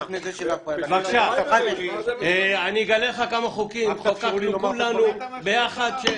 אני אגלה לך כמה חוקים חוקקנו כולנו ביחד,